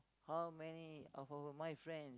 how many of our my friend